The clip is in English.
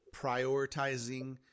prioritizing